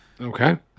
Okay